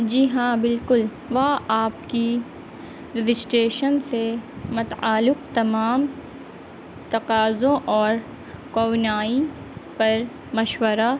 جی ہاں بالکل وہ آپ کی رجسٹریشن سے متعلق تمام تقاضوں اور کوونائی پر مشورہ